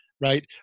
right